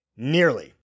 Nearly